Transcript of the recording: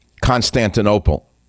Constantinople